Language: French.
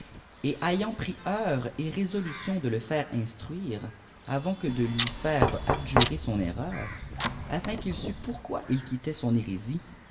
èl ayant wris heure et résolution de le faire instruira avant que dte m faire abjurer son eireur afin qu'il sût pourquoi il quittait son hérésie